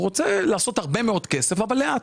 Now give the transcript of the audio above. הוא רוצה לעשות הרבה מאוד הרבה כסף אבל לאט.